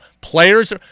Players